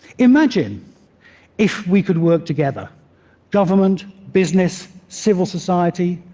imagine if we could work together government, business, civil society,